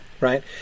Right